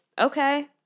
Okay